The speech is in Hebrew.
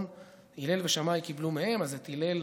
הלל ושמאי קיבלו מהם, אז את הלל,